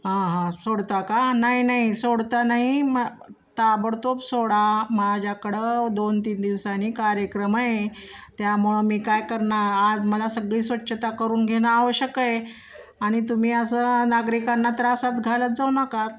हा हा सोडता का नाही नाही सोडता नाही मग ताबडतोब सोडा माझ्याकडं दोन तीन दिवसांनी कार्यक्रम आहे त्यामुळं मी काय करणार आज मला सगळी स्वच्छता करून घेणं आवश्यक आहे आणि तुम्ही असं नागरीकांना त्रासात घालत जाऊ नका